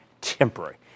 temporary